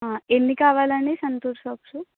ఎన్ని కావాలండి సంతూర్ సోప్సు